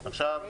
מחוסנים?